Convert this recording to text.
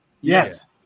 Yes